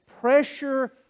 pressure